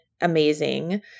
amazing